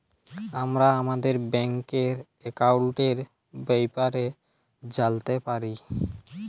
আমরা আমাদের ব্যাংকের একাউলটের ব্যাপারে জালতে পারি